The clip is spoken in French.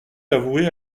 l’avouer